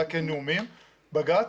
רק נאומים,